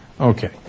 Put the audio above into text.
Okay